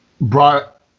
brought